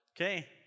Okay